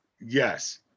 Yes